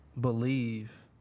believe